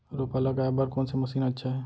रोपा लगाय बर कोन से मशीन अच्छा हे?